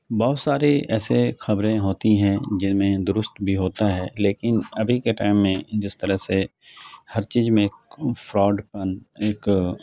بہت ساری ایسے خبریں ہوتی ہیں جن میں درست بھی ہوتا ہے لیکن ابھی کے ٹائم میں جس طرح سے ہر چیز میں فراڈ پن ایک